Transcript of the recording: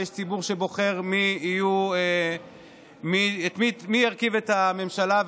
ויש ציבור שבוחר מי ירכיב את הממשלה.